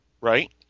Right